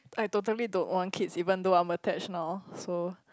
I totally don't want kids even though I'm attached now so